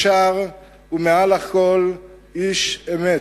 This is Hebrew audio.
ישר, ומעל לכול איש אמת.